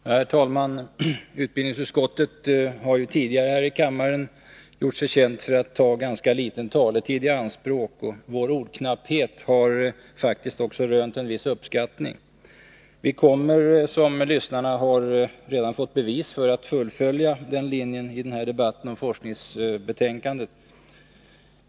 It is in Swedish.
Herr talman! Utbildningsutskottet har tidigare här i kammaren gjort sig känt för att ta ganska liten taletid i anspråk. Vår ordknapphet har faktiskt också rönt en viss uppskattning. Vi kommer, som lyssnarna redan fått bevis för, att fullfölja den linjen i den här debatten om forskningsbetänkandet.